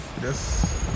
Yes